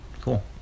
Cool